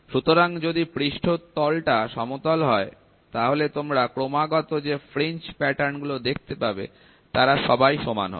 সুতরাং যদি পৃষ্ঠতল টা সমতল হয় তাহলে তোমরা ক্রমাগত যে ফ্রিঞ্জ প্যাটার্ন গুলো দেখতে পাবে তারা সবাই সমান হবে